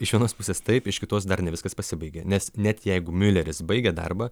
iš vienos pusės taip iš kitos dar ne viskas pasibaigė nes net jeigu miuleris baigia darbą